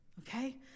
okay